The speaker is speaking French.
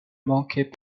manquait